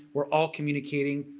we're all communicating,